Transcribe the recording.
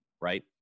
Right